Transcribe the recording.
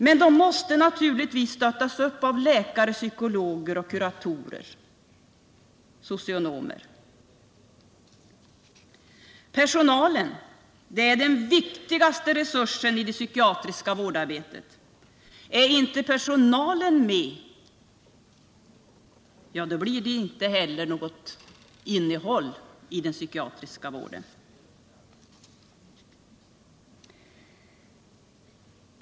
Men den måste naturligtvis stöttas upp av läkare, psykologer, kuratorer och socionomer. Personalen är den viktigaste resursen i det psykiatriska vårdarbetet. Är inte personalen med blir det inte heller något innehåll i den psykiatriska vården.